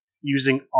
using